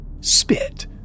spit